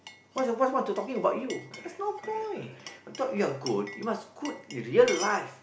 what's what's the talking about you there's no point you thought you are good you must good real life